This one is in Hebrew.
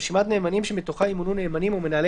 רשימת נאמנים שמתוכה ימונו נאמנים או מנהלי